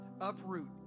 uproot